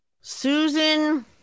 Susan